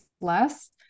less